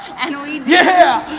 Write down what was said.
and we! yeah